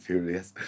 Furious